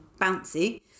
bouncy